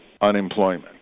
unemployment